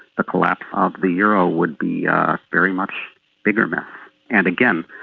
the collapse of the euro would be a very much bigger mess and, again,